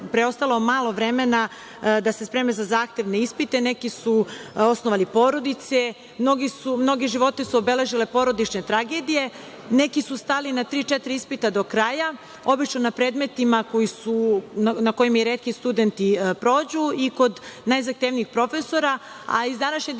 preostalo malo vremena da se spreme za zahtevne ispite, neki su osnovali porodice, mnoge živote su obeležile porodične tragedije, neki su stali na tri-četiri ispita do kraja, obično na predmetima na kojima retki studenti prođu i kod najzahtevnijih profesora, a iz današnje diskusije